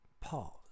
Pause